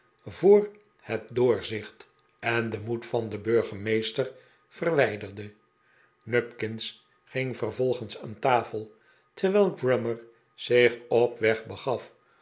voor het doorzicht en den moed van den burgemeester verwijderde nupkins ging vervolgens aan tafel terwijl grummer zich op weg begaf